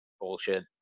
bullshit